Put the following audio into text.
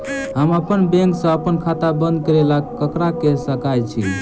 हम अप्पन बैंक सऽ अप्पन खाता बंद करै ला ककरा केह सकाई छी?